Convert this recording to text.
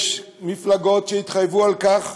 יש מפלגות שהתחייבו לכך,